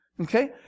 okay